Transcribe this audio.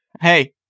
Hey